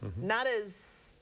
not as,